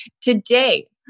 today